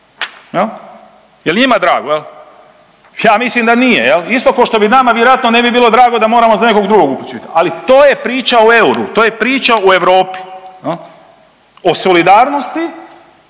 jel. Jel njima drago jel? Ja mislim da nije jel. Isto ko što bi nama vjerojatno ne bi bilo drago da moramo za nekog drugog uplaćivat, ali to je priča o euru. To je priča u Europi, o solidarnosti